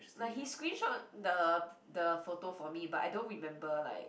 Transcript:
like he screenshot the the photo for me but I don't remember like